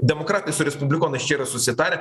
demokratai su respublikonais čia yra susitarę